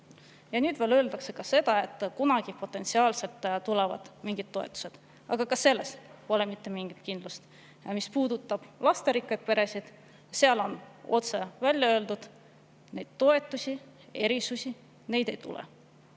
Ja nüüd veel öeldakse, et kunagi potentsiaalselt tulevad mingid toetused, aga selles pole mitte mingit kindlust. Mis puudutab lasterikkaid peresid, siis nende puhul on otse välja öeldud, et neid toetusi, erisusi ei tule.